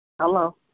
Hello